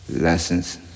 lessons